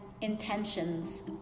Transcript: intentions